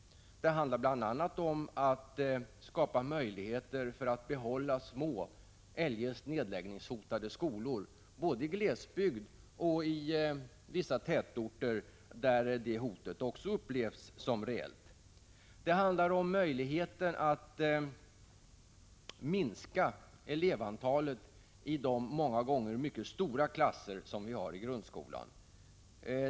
Det handlar bl.a. om att skapa möjligheter för att behålla små, eljest nedläggningshotade skolor både i glesbygd och i vissa tätorter, där det hotet också upplevs som reellt. Det handlar om möjligheter att minska elevantalet i de många gånger mycket stora klasser vi har i grundskolan.